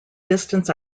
distance